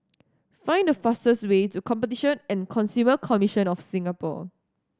find the fastest way to Competition and Consumer Commission of Singapore